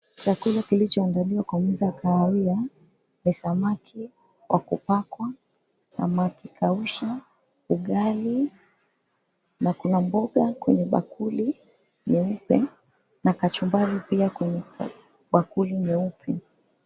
Chakula kilichoandaliwa kwa meza ya kahawia ni samaki wa kupakwa, samaki kausha, ugali na kuna mboga kwenye bakuli nyeupe, na kachumbari pia kwenye bakuli nyeupe.